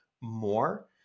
more